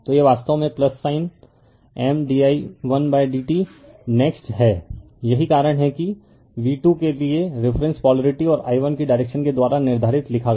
तो यह वास्तव में साइन M di1dt नेक्स्ट है यही कारण है कि v2 के लिए रिफरेन्स पोलरिटी और i1 की डायरेक्शन के द्वारा निर्धारित लिखा गया है